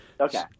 Okay